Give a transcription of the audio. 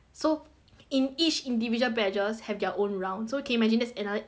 in each individual badges have their own round so can you imagine that's another eight characters